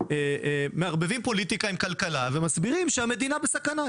מערבבים פוליטיקה עם כלכלה ומסבירים שהמדינה בסכנה.